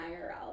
IRL